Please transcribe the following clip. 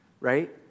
right